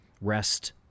rest